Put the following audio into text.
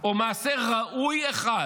או מעשה ראוי אחד,